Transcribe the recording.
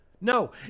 No